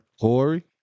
Corey